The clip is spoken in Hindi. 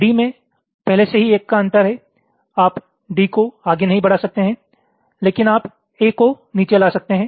D में पहले से ही 1 का अंतर है आप D को आगे नहीं बढ़ा सकते हैं लेकिन आप A को नीचे ला सकते हैं